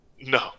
No